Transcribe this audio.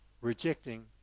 Rejecting